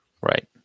Right